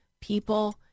people